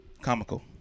Comical